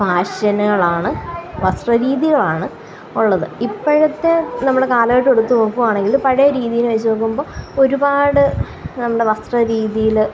ഫാഷനുകളാണ് വസ്ത്ര രീതികളാണ് ഉള്ളത് ഇപ്പോഴത്തെ നമ്മടെ കാലഘട്ടമെടുത്തു നോക്കുവാണെങ്കില് പഴയ രീതീനെ വെച്ചു നോക്കുമ്പോള് ഒരുപാട് നമ്മുടെ വസ്ത്ര രീതിയില്